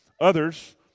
Others